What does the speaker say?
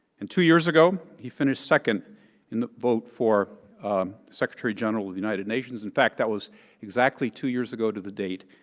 and two years ago, he finished second in the vote for secretary-general of the united nations. in fact, that was exactly two years ago to the date,